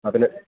അതിൽ